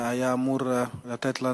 שהיה אמור לתת לנו,